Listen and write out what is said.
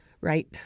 Right